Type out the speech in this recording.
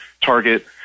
target